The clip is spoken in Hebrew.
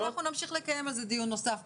אנחנו נמשיך לקיים על זה דיון נוסף.